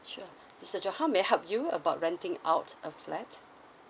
sure mister john how may I help you about renting out a flat